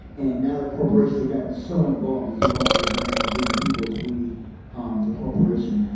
and now that corporations have gotten so involved it's no longer a government of we the people, it's we the corporation.